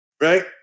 right